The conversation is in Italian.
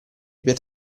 per